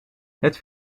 het